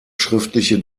schriftliche